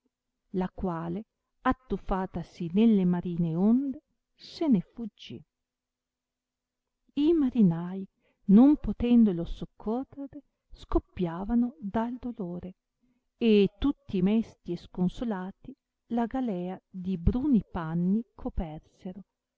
la quale attuffatasi nelle marine onde se ne fuggì i marinai non potendolo soccorrere scoppiavano da dolore e tutti mesti e sconsolati la galea di bruni panni copersero